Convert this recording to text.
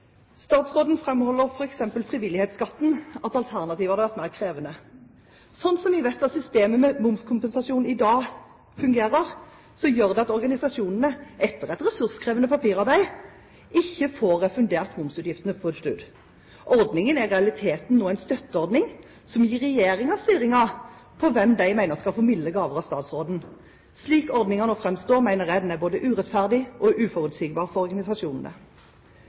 Statsråden framholder f.eks. når det gjelder frivillighetsskatten, at alternativet hadde vært mer krevende. Vi vet at systemet med momskompensasjon i dag fungerer sånn at organisasjonene, etter et ressurskrevende papirarbeid, ikke får refundert momsutgiftene fullt ut. Ordningen er i realiteten nå en støtteordning som gir regjeringen styringen på hvem de mener skal få milde gaver av statsråden. Slik ordningen nå framstår, mener jeg den er både urettferdig og uforutsigbar for organisasjonene.